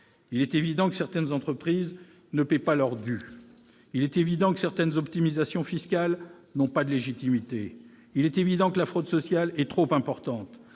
Il est évident que certaines entreprises ne paient pas leur dû. Il est évident que certaines optimisations fiscales n'ont guère de légitimité. Il est évident que la fraude sociale est trop importante.